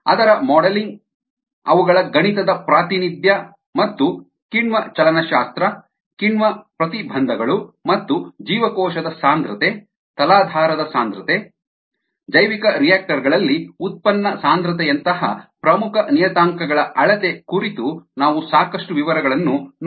ಅದರ ಮಾಡೆಲಿಂಗ್ ಅವುಗಳ ಗಣಿತದ ಪ್ರಾತಿನಿಧ್ಯ ಮತ್ತು ಕಿಣ್ವ ಚಲನಶಾಸ್ತ್ರ ಕಿಣ್ವ ಪ್ರತಿಬಂಧಗಳು ಮತ್ತು ಜೀವಕೋಶದ ಸಾಂದ್ರತೆ ತಲಾಧಾರದ ಸಾಂದ್ರತೆ ಜೈವಿಕರಿಯಾಕ್ಟರ್ ಗಳಲ್ಲಿ ಉತ್ಪನ್ನ ಸಾಂದ್ರತೆಯಂತಹ ಪ್ರಮುಖ ನಿಯತಾಂಕಗಳ ಅಳತೆ ಕುರಿತು ನಾವು ಸಾಕಷ್ಟು ವಿವರಗಳನ್ನು ನೋಡಿದ್ದೇವೆ